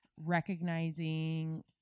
recognizing